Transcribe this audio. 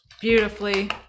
beautifully